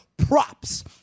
Props